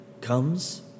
comes